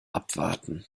abwarten